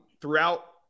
throughout